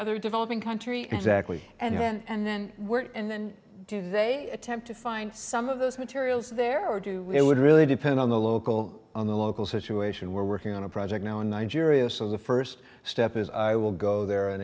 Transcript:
other developing country exactly and here and then we're and then do they attempt to find some of those materials there or do it would really depend on the local on the local situation we're working on a project now in nigeria so the first step is i will go there and